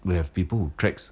we have people who tracks